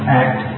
act